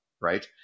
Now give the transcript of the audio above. right